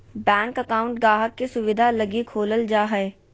bank account गाहक़ के सुविधा लगी खोलल जा हय